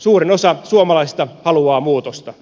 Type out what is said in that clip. suurin osa suomalaisista haluaa muutosta